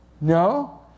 No